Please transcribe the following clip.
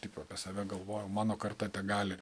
tik apie save galvojam mano karta tegali